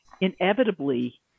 inevitably